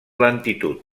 lentitud